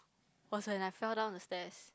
was when I fell down the stairs